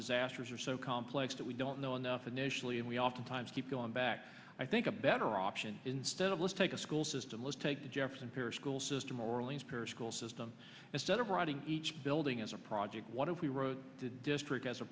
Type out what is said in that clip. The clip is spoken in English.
disasters are so complex that we don't know enough initially and we oftentimes keep going back i think a better option instead of let's take a school system let's take the jefferson parish school system orleans parish school system instead of writing each building as a project what if we wrote the district as a